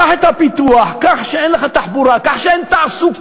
קח את הפיתוח, קח שאין לך תחבורה, קח שאין תעסוקה,